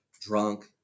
drunk